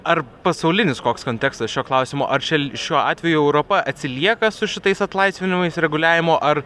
ar pasaulinis koks kontekstas šiuo klausimo ar čia šiuo atveju europa atsilieka su šitais atlaisvinimais reguliavimo ar